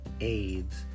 AIDS